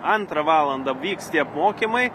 antrą valandą vyks tie apmokymai